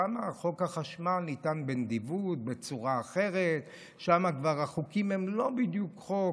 ששם חוק החשמל ניתן בנדיבות בצורה אחרת ושם החוקים הם כבר לא בדיוק חוק.